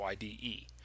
YDE